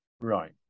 Right